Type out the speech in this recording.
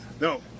No